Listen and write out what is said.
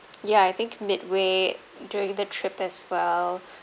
ya I think midway during the trip as well